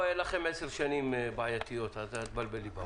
היו לכם 10 שנים בעייתיות אז אל תבלבל לי במוח.